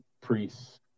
priests